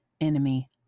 enemy